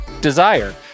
Desire